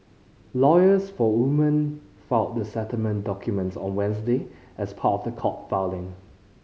lawyers for woman filed the settlement documents on Wednesday as part of a court filing